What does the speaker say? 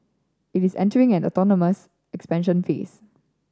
it is entering an autonomous expansion phase